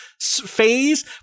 phase